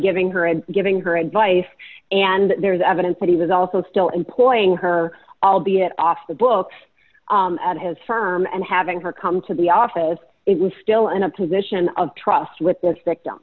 giving her and giving her advice and there's evidence that he was also still employing her albeit off the books at his firm and having her come to the office it was still in a position of trust with this